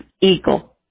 eagle